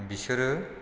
बिसोरो